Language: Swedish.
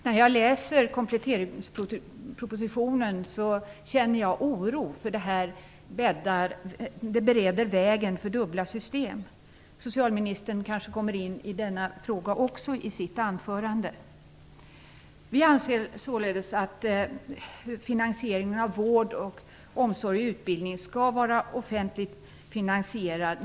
När jag läser kompletteringspropositionen känner jag oro, för det här bereder väg för dubbla system. Socialministern kommer kanske in också på denna fråga i sitt anförande. Vi anser således att vård, omsorg och utbildning skall vara offentligt finansierade.